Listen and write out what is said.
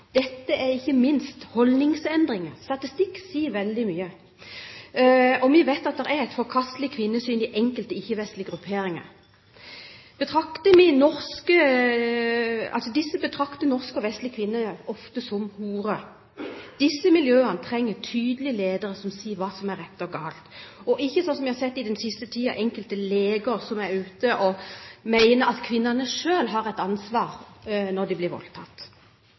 vi vet at det er et forkastelig kvinnesyn i enkelte ikke-vestlige grupperinger. Disse betrakter ofte norske og vestlige kvinner som horer. Disse miljøene trenger tydelige ledere som sier hva som er rett og galt, og ikke, sånn som vi har sett i den siste tiden, enkelte leger som er ute og mener at kvinnene selv har et ansvar når de blir voldtatt.